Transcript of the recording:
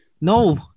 no